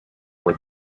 were